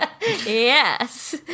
Yes